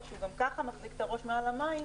שהוא גם ככה מחזיק את הראש מעל המים,